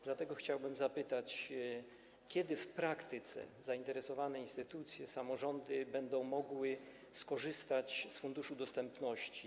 Dlatego chciałbym zapytać: Kiedy w praktyce zainteresowane instytucje i samorządy będą mogły skorzystać z Funduszu Dostępności?